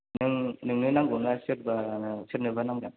नों नोंनो नांगौना सोरनोबा नांगोन